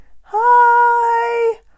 hi